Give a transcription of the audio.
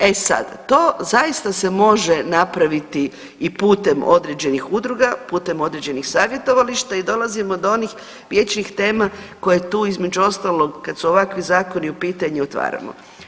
E sad, to zaista se može napraviti i putem određenih udruga, putem određenih savjetovališta i dolazimo do onih vječnih tema koje tu između ostalog kad su ovakvi zakoni u pitanju otvaramo.